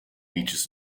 beaches